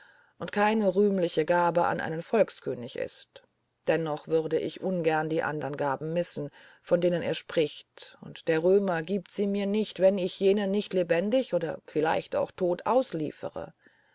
und keine rühmliche gabe an einen volkskönig ist dennoch würde ich ungern die anderen gaben missen von denen er spricht und der römer gibt sie mir nicht wenn ich jenen nicht lebendig oder vielleicht auch tot ausliefere